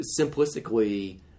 simplistically